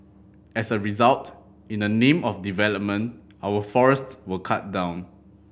as a result in the name of development our forests were cut down